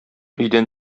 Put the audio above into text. өйдән